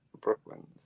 Brooklyn